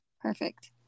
Perfect